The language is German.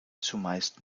zumeist